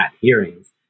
hearings